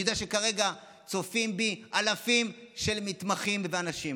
אני יודע שכרגע צופים בי אלפים של מתמחים ואנשים.